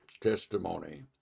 testimony